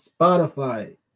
Spotify